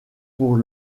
pour